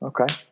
Okay